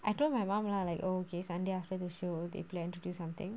I told my mum lah like oh okay sunday after the show they plan to do something